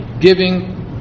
giving